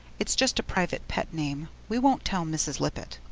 it's just a private pet name we won't tell mrs. lippett.